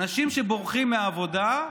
אנשים שבורחים מעבודה,